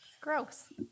gross